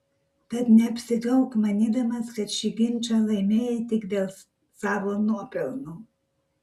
tad neapsigauk manydamas kad šį ginčą laimėjai tik dėl savo nuopelnų